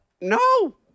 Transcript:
no